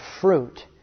fruit